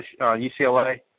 UCLA